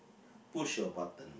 push your button